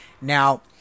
Now